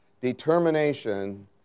determination